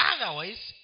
Otherwise